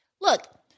look